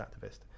activist